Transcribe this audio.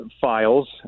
files